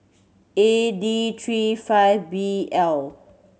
A D three five B L